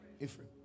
Ephraim